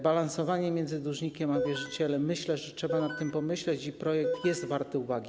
Balansowanie między dłużnikiem a wierzycielem - myślę, że trzeba nad tym pomyśleć i że projekt jest wart uwagi.